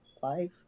five